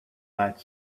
that